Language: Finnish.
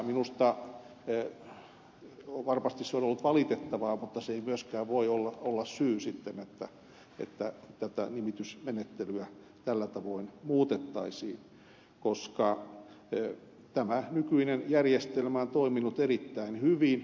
minusta varmasti se on ollut valitettavaa mutta se ei myöskään voi olla syy sitten että tätä nimitysmenettelyä tällä tavoin muutettaisiin koska tämä nykyinen järjestelmä on toiminut erittäin hyvin